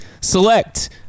select